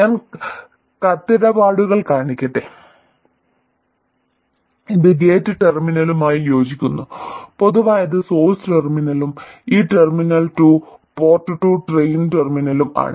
ഞാൻ കത്തിടപാടുകൾ കാണിക്കട്ടെ ഇത് ഗേറ്റ് ടെർമിനലുമായി യോജിക്കുന്നു പൊതുവായത് സോഴ്സ് ടെർമിനലും ഈ terminal to port to drain ടെർമിനലും ആണ്